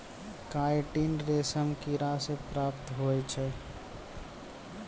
chitin रेशम किड़ा से प्राप्त हुवै छै